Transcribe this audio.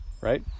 right